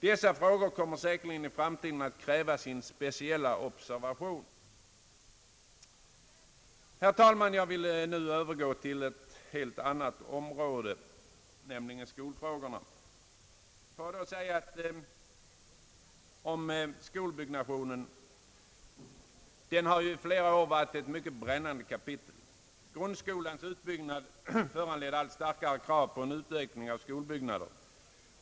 Dessa frågor kommer säkerligen i framtiden att kräva sin speciella observation. Herr talman! Jag vill så övergå till ett helt annat område, nämligen skolfrågorna. Skolbyggnationen har i flera år varit ett mycket brännande kapitel. Grundskolans utbyggnad föranledde allt starkare krav på en utökning av skolbyggnader.